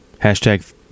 Hashtag